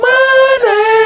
Money